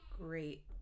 great